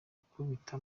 gukubita